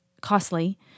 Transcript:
costly